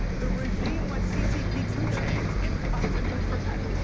the regime went ccp two chainz and dropped a new track.